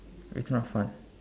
it's not fun